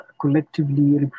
collectively